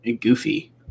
goofy